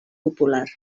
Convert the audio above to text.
popular